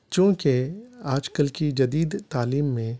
چونکہ آج کل کی جدید تعلیم میں